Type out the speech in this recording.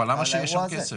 אבל למה שיהיה שם כסף?